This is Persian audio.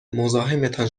مزاحمتان